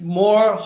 more